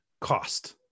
cost